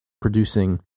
producing